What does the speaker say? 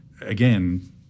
again